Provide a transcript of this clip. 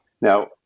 Now